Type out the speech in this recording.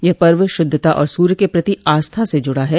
यह पर्व शुद्धता और सूर्य के प्रति आस्था से जुडा है